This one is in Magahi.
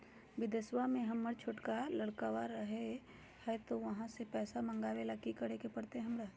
बिदेशवा में हमर छोटका लडकवा रहे हय तो वहाँ से पैसा मगाबे ले कि करे परते हमरा?